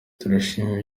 turashima